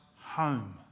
home